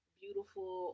beautiful